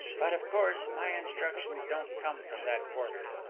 but, of course, my instructions don't come from that quarter.